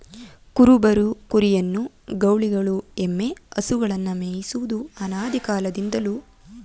ಕುರುಬರು ಕುರಿಯನ್ನು, ಗೌಳಿಗಳು ಎಮ್ಮೆ, ಹಸುಗಳನ್ನು ಮೇಯಿಸುವುದು ಅನಾದಿಕಾಲದಿಂದಲೂ ನೋಡ್ಬೋದು